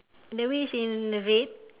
the wheel's in red